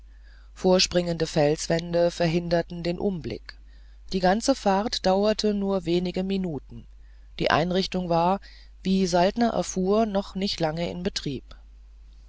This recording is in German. vorspringende felswände verhinderten den umblick die ganze fahrt dauerte nur wenige minuten die einrichtung war wie saltner erfuhr noch nicht lange in betrieb